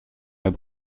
dans